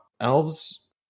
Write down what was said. elves